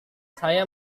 saya